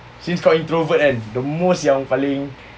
seems quite introvert and the most yang paling